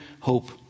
hope